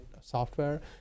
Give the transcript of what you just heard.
software